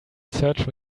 search